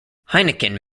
heineken